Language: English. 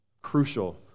Crucial